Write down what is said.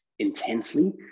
intensely